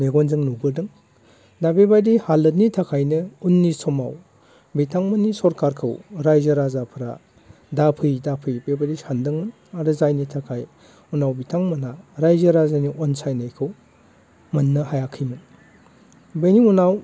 मेगनजों नुबोदों दा बेबायदि हालोदनि थाखायनो उननि समाव बिथांमोननि सरखारखौ रायजो राजाफोरा दाफै दाफै बेबायदि सानदोंमोन आरो जायनि थाखाय उनाव बिथांमोनहा रायजो राजानि अनसायनायखौ मोननो हायाखैमोन बेनि उनाव